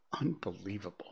Unbelievable